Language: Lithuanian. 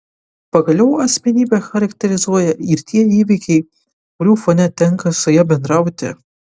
pagaliau asmenybę charakterizuoja ir tie įvykiai kurių fone tenka su ja bendrauti